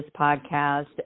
podcast